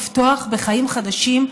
לפתוח בחיים חדשים,